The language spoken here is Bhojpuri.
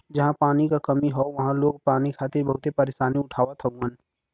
जहां पानी क कमी हौ वहां लोग पानी खातिर बहुते परेशानी उठावत हउवन